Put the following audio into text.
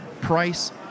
price